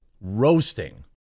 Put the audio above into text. roasting